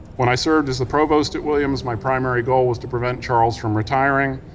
when i served as the provost at williams, my primary goal was to prevent charles from retiring